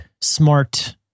smart